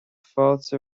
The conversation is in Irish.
fáilte